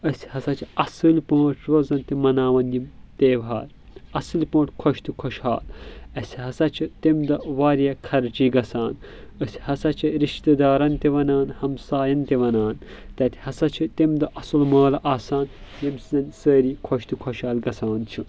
أسۍ ہسا چھِ اصل پٲٹھۍ روزان تہِ مناوان یِم تیہوار اصل پٲٹھۍ خۄش تہٕ خۄش حال اسہِ ہسا چھِ تمہِ دۄہ واریاہ خرچہٕ گژھان أسۍ ہسا چھِ رشتہٕ دارن تہِ وانان ہمساین تہِ ونان تتہِ ہسا چھِ تمہِ دۄہ اصل مٲلہٕ آسان ییٚمہ سۭتۍ سٲری خۄش تہٕ خۄش حال گژھان چھِ